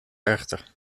werchter